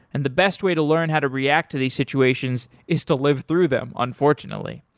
and the best way to learn how to react to these situations is to live through them, unfortunately.